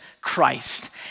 Christ